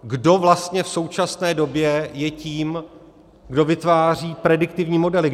Kdo vlastně v současné době je tím, kdo vytváří prediktivní modely.